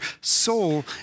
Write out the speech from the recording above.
soul